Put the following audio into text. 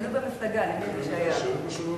בשלוש דקות.